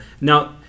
Now